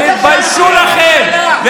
תתביישו לכם,